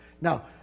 Now